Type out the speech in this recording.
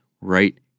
right